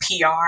PR